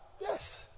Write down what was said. Yes